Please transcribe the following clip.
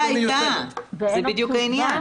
הייתה החלטה זה בדיוק העניין.